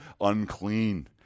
unclean